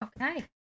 Okay